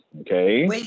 okay